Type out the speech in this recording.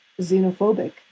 xenophobic